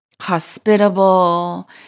hospitable